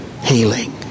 healing